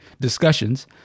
discussions